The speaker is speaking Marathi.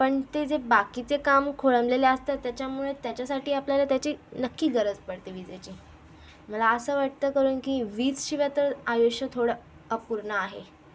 पण ते जे बाकीचे काम खोळंबलेले असतात तेच्यामुळे त्याच्यासाठी आपल्याला त्याची नक्की गरज पडते विजेची मला असं वाटतं करून की वीजशिवाय तर आयुष्य थोडं अपूर्ण आहे